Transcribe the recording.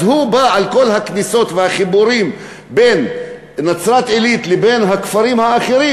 הוא בא לכל הכניסות והחיבורים בין נצרת-עילית לבין הכפרים האחרים,